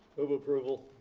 move approval.